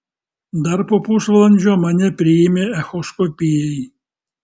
dar po pusvalandžio mane priėmė echoskopijai